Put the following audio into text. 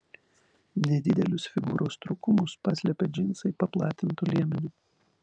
nedidelius figūros trūkumus paslepia džinsai paplatintu liemeniu